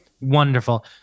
Wonderful